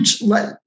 let